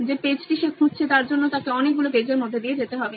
যে পেজটি সে খুঁজছে তার জন্য তাকে অনেকগুলো পেজের মধ্য দিয়ে যেতে হবে